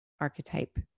archetype